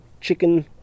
chicken